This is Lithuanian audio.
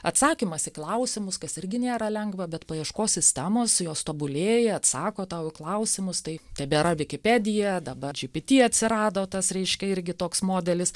atsakymas į klausimus kas irgi nėra lengva bet paieškos sistemos jos tobulėja atsako tau į klausimus tai tebėra vikipedija dabar gpt atsirado tas reiškia irgi toks modelis